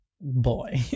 boy